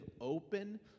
open